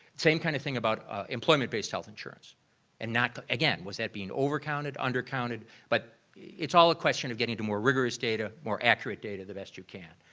same kind of thing about employment-based health insurance and not, again, was that being over counted, undercounted? but it's all a question of getting to more rigorous data, more accurate data the best you can.